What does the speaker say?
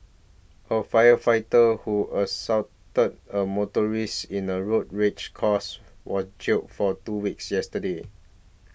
a firefighter who assaulted a motorist in a road rage cause was jailed for two weeks yesterday